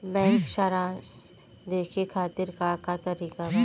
Bank सराश देखे खातिर का का तरीका बा?